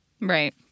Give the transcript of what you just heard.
Right